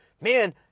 man